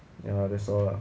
ya lah that's all lah